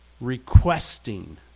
requesting